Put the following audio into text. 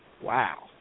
Wow